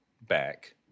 back